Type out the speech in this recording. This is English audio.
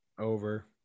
over